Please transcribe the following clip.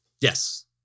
Yes